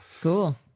Cool